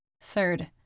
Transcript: Third